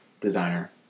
designer